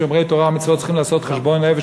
שומרי תורה ומצוות צריכים לעשות חשבון נפש